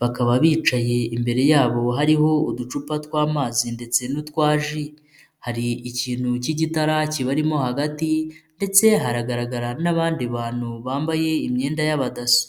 bakaba bicaye imbere yabo hariho uducupa twa'amazi ndetse n'utwa ji, hari ikintu k'igitara kibarimo hagati ndetse haragaragara n'abandi bantu bambaye imyenda y'abadaso.